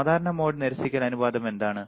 സാധാരണ മോഡ് നിരസിക്കൽ അനുപാതം എന്താണ്